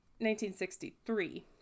1963